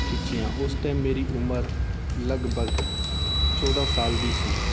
ਖਿੱਚੀਆਂ ਉਸ ਟਾਈਮ ਮੇਰੀ ਉਮਰ ਲਗਭਗ ਚੌਦਾਂ ਸਾਲ ਦੀ ਸੀ